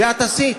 את זה את עשית.